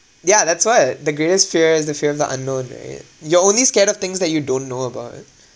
ya that's what the greatest fear is the fear of the unknown right you're only scared of things that you don't know about